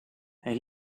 hij